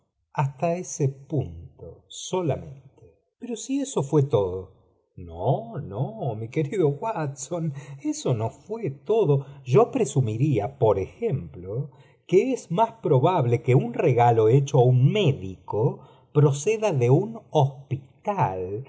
hasta ese punto solamente j pero si eeo fué todo m v ü mi uerido watsou éso no fué todo yo presumiría por ejemplo u es más probable que un regalo hecho áui médico proceda sum